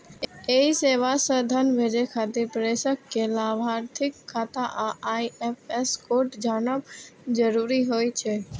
एहि सेवा सं धन भेजै खातिर प्रेषक कें लाभार्थीक खाता आ आई.एफ.एस कोड जानब जरूरी होइ छै